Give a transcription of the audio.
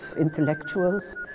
intellectuals